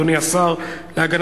תועבר להכנה